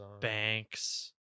banks